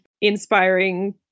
inspiring